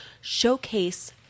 showcase